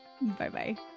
Bye-bye